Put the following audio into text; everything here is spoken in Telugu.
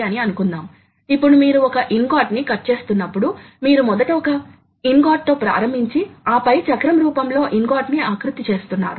అదే విధంగా టూల్ ఆఫ్సెట్ ఫంక్షన్స్ ఉంటాయి అయితే వాస్తవానికి ఏమి జరుగుతుందంటే ఖచ్చితమైన డైమెన్షనల్ ఖచ్చితత్వం కోసం సాధనం పరిమిత వ్యాసార్థం కలిగి ఉంటుంది